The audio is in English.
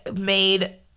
made